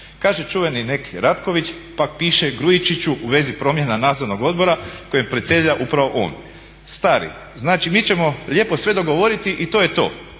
Kaže čuveni neki Ratković pak piše Grujičiću u vezi promjena Nadzornog odbora kojem predsjeda upravo on: stari, znači mi ćemo lijepo sve dogovoriti i to je to,